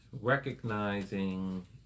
recognizing